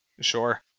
Sure